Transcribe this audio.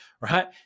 right